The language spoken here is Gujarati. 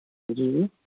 જી